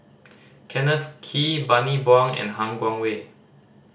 Kenneth Kee Bani Buang and Han Guangwei